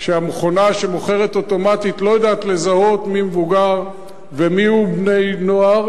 והמכונה שמוכרת אוטומטית לא יודעת לזהות מי מבוגר ומיהו בן-נוער,